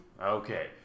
Okay